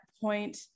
point